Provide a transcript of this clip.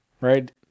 Right